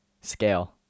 scale